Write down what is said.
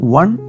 one